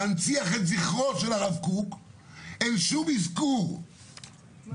ואחרות מטעם גופים אחרים שנותנים להם שירותים דומים